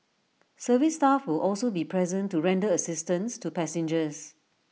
service staff will also be present to render assistance to passengers